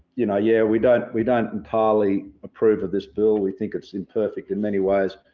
you know, yeah, we don't we don't entirely approve of this bill. we think it's imperfect in many ways.